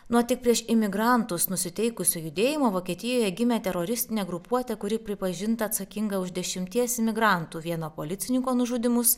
nuo tik prieš imigrantus nusiteikusio judėjimo vokietijoje gimė teroristinė grupuotė kuri pripažinta atsakinga už dešimties imigrantų vieno policininko nužudymus